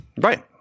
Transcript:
right